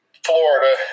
Florida